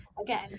again